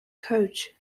coach